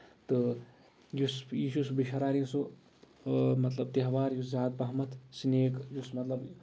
تہٕ یُس یہِ چھُس بہٕ ہراری سُہ مطلب تیٚہوار یُس زیادٕ پہمَتھ سِنیک یُس مطلب